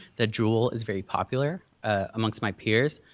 that juul is very popular amongst my peers.